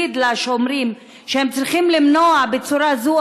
להגיד לשומרים שהם צריכים למנוע בצורה זו